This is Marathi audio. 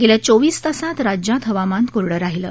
गेल्या चोवीस तासांत राज्यात हवामान कोरडं राहिलं